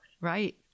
Right